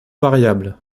variables